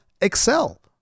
excel